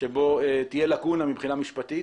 שבו תהיה לקונה מבחינה משפטית